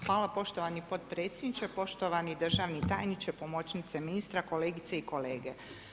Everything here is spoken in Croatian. Hvala poštovani potpredsjedniče, poštovani državni tajniče, pomoćnici ministra, kolegice i kolege.